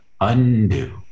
undo